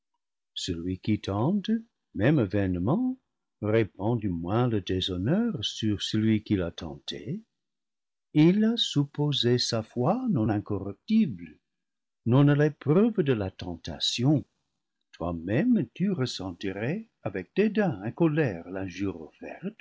celui qui tente même vainement répand du moins le déshonneur sur et celui qu'il a tenté il a supposé sa foi non incorruptible non à l'épreuve de la tentation toi-même tu ressentirais avec dé dain et colère